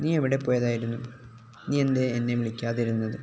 നീ എവിടെ പോയതായിരുന്നു നീ എന്തേ എന്നെയും വിളിക്കാതിരുന്നത്